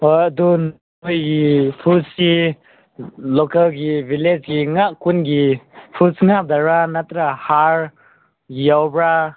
ꯍꯣꯏ ꯑꯗꯨ ꯅꯣꯏꯒꯤ ꯐꯨꯗꯁꯤ ꯂꯣꯀꯦꯜꯒꯤ ꯕꯤꯂꯦꯖꯀꯤ ꯉꯥꯛꯇ ꯈꯨꯟꯒꯤ ꯐꯨꯗ ꯉꯥꯛꯇꯔꯥ ꯅꯠꯇ꯭ꯔ ꯍꯥꯔ ꯌꯥꯎꯕ꯭ꯔꯥ